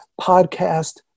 podcast